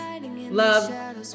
love